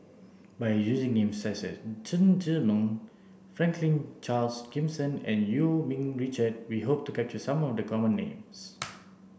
by using names such as Chen Zhiming Franklin Charles Gimson and Eu Yee Ming Richard we hope to capture some of the common names